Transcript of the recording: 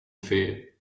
fear